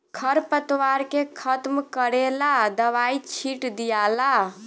खर पतवार के खत्म करेला दवाई छिट दियाला